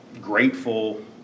grateful